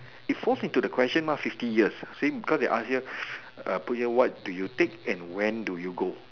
it falls in to the questions mah fifty years see because they ask here what do you take and when do you go